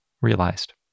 realized